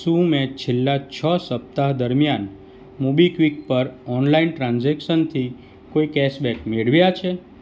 શું મેં છેલ્લાં છ સપ્તાહ દરમિયાન મોબીક્વિક પર ઓનલાઈન ટ્રાન્ઝેક્શનથી કોઈ કેશબેક મેળવ્યાં છે